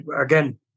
again